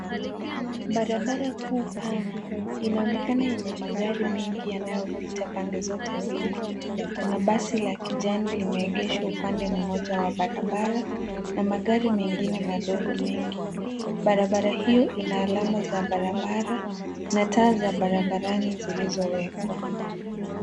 Barabara kuu pana inaonekana yenye magari mengi yanayopita pande zote mbili. Kuna basi la kijani ambalo limeegeshwa upande mmoja wa barabara na magari mengine madogo mengi. Barabara hiyo ina alama za barabara na taa za barabarani zilizowekwa.